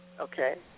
Okay